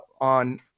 on